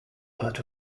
but